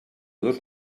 dos